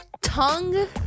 Tongue